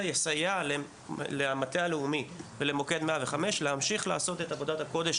אני רוצה להתייחס למוקד 105. הייתה לנו ישיבה לפני חודשיים